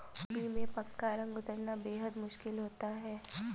होली में पक्का रंग उतरना बेहद मुश्किल होता है